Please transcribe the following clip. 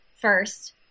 first